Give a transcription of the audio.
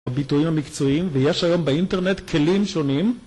הביטויים המקצועיים ויש היום באינטרנט כלים שונים